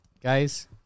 Guys